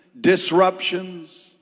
disruptions